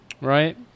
Right